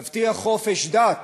תבטיח חופש דת,